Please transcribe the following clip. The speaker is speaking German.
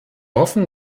hoffen